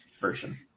version